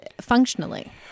functionally